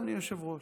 אדוני היושב-ראש: